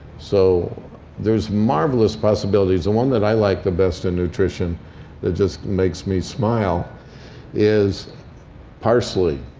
so there's marvelous possibilities the one that i like the best in nutrition that just makes me smile is parsley.